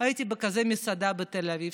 הייתי במסעדה כזאת בתל אביב,